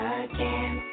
again